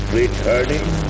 returning